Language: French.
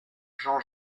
jean